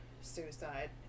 suicide